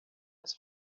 his